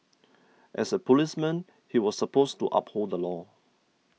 as a policeman he was supposed to uphold the law